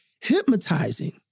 hypnotizing